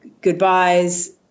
goodbyes